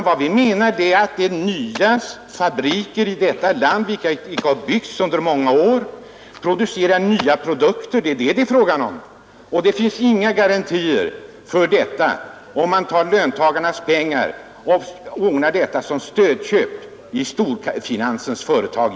Vad vi menar är att det skall byggas nya fabriker — det har inte gjorts på många år — som producerar nya produkter; det är det det är fråga om. Det finns inga garantier för detta, om man tar löntagarnas pengar och gör stödköp av aktier i storfinansens företag.